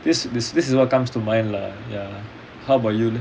this this this is what comes to mind lah ya how about you leh